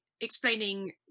explaining